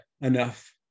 enough